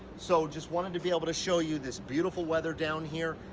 so just wanted to be able to show you this beautiful weather down here.